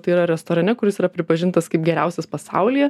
tai yra restorane kuris yra pripažintas kaip geriausias pasaulyje